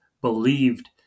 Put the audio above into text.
believed